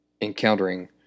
encountering